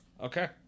Okay